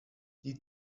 die